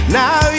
now